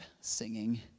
singing